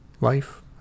life